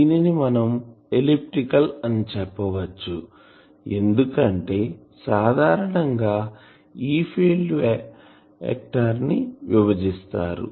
దీనిని మనం ఎలిప్టికల్ అని చెప్పవచ్చు ఎందుకంటే సాధారణం గా E ఫీల్డ్ వెక్టార్ ని విభజిస్తారు